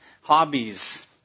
hobbies